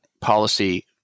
policy